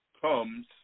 comes